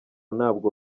ntabwo